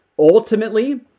Ultimately